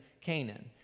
Canaan